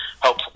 help